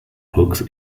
hooks